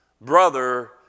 brother